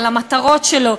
על המטרות שלו,